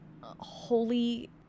holy